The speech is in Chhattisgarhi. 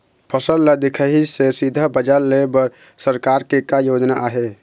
फसल ला दिखाही से सीधा बजार लेय बर सरकार के का योजना आहे?